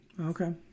Okay